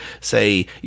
say